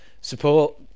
support